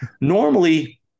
normally